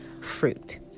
fruit